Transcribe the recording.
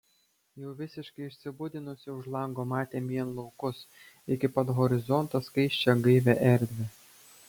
jau visiškai išsibudinusi už lango matė vien laukus iki pat horizonto skaisčią gaivią erdvę